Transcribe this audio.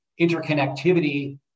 interconnectivity